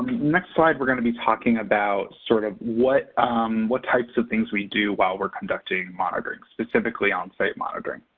next slide, we're going to be talking about, sort of, what what types of things we do while we're conducting monitoring, specifically onsite monitoring.